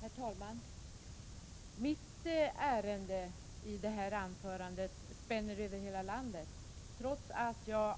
Herr talman! Mitt ärende i detta anförande spänner över hela landet, trots att jag